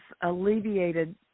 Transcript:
alleviated